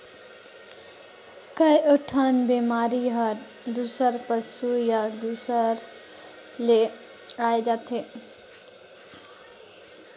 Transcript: कयोठन बेमारी हर दूसर पसु या दूसर ले आये जाथे